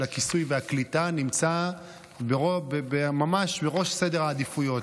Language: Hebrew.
הכיסוי והקליטה נמצא בראש סדר העדיפויות,